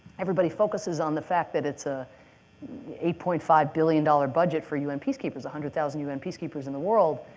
everybody focuses on the fact that it's a eight point five billion dollars budget for un peacekeepers, one hundred thousand un peacekeepers in the world,